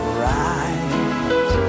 right